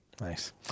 nice